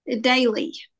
daily